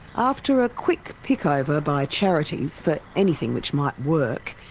after a quick pick-over by charities for anything which might work,